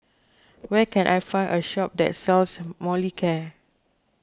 where can I find a shop that sells Molicare